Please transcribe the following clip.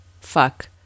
Fuck